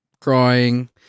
crying